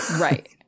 Right